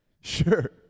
Sure